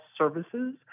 services